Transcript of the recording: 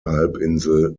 halbinsel